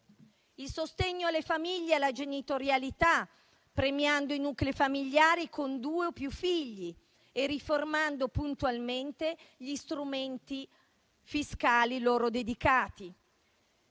il sostegno alle famiglie e alla genitorialità, premiando i nuclei familiari con due o più figli e riformando puntualmente gli strumenti fiscali loro dedicati;